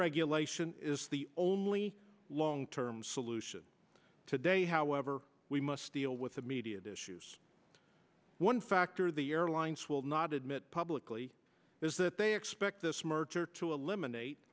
regulation is the only long term solution today however we must deal with immediate issues one factor the airlines will not admit publicly is that they expect this merger to eliminate